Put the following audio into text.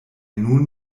nun